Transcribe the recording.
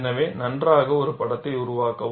எனவே நன்றாக ஒரு படத்தை உருவாக்கவும்